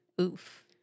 Oof